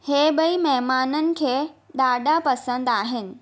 इहे भई महिमाननि खे ॾाढा पसंदि आहिनि